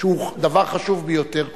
שהוא דבר חשוב ביותר,